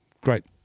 great